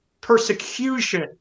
persecution